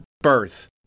birth